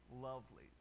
lovely